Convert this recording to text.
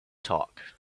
talk